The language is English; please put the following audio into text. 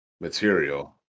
material